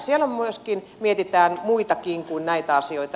siellä myöskin mietitään muitakin kuin näitä asioita